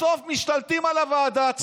בסוף משתלטים על הוועדה,